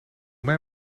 mij